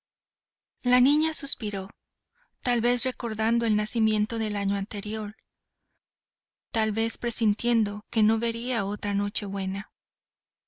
la niña suspiró tal vez recordando el nacimiento del año anterior tal vez presintiendo que no vería otra